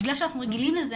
בגלל שאנחנו רגילים לזה,